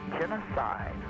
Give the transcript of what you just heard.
genocide